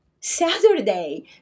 Saturday